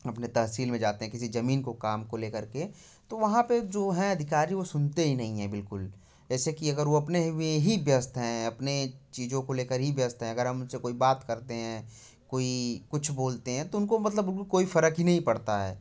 अपने तहसील में जाते हैं किसी ज़मीन को काम को लेकर के तो वहाँ पर हैं जो अधिकारी वह सुनते ही नहीं है बिल्कुल जैसे कि अगर वह अपने वे ही व्यस्त हैं अपने चीज़ों को लेकर ही व्यस्त है अगर हम उनसे कोई बात करते हैं कोई कुछ बोलते हैं तो उनको मतलब कोई फ़र्क ही नहीं पड़ता है